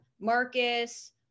Marcus